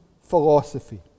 philosophy